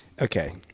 Okay